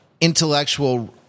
intellectual